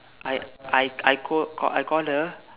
I I I call I called her